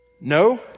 no